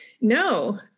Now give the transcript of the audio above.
No